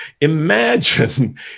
Imagine